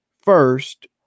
first